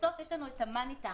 בסוף יש לנו את ה-money time.